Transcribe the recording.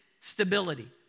stability